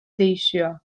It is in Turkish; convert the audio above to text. değişiyor